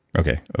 okay. ah